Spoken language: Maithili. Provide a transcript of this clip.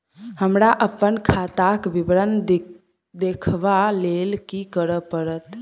हमरा अप्पन खाताक विवरण देखबा लेल की करऽ पड़त?